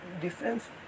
difference